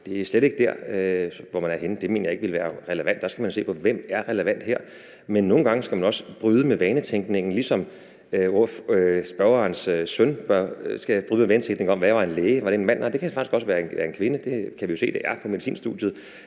det er slet ikke der, man er henne. Det mener jeg ikke vil være relevant. Der skal man jo se på, hvem er relevant her. Men nogle gange skal man også bryde med vanetænkningen, ligesom spørgerens søn skal bryde med vanetænkningen om, hvad en læge er. Er det en mand? Nej, det kan faktisk også være en kvinde; det kan vi jo se på medicinstudiet.